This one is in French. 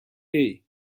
hey